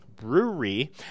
Brewery